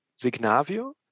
Signavio